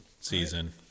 season